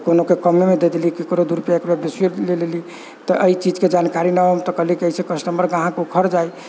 तऽ कोनोके कमेमे दै देलीह ककरो से दू रुपैआ बेसियै लै लेलीह तऽ एहि चीजके जानकारी न रहल तऽ कहलीह अइसे कस्टमर ग्राहक उखड़ जाइ